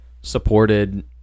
supported